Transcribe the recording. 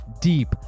Deep